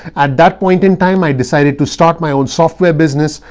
at that point in time, i decided to start my own software business,